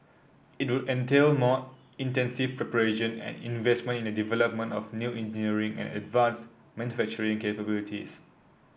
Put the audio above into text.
it will entail more intensive preparation and investment in the development of new engineering and advanced manufacturing capabilities